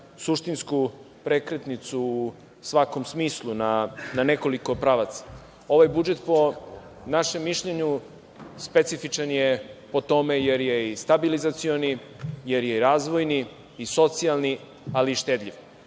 suštinsku prekretnicu u svakom smislu na nekoliko pravaca. Ovaj budžet po našem mišljenju specifičan je po tome jer je i stabilizacioni, jer je i razvojni i socijalni, ali i štedljiv.